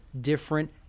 different